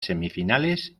semifinales